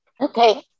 Okay